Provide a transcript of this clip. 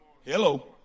Hello